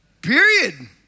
Period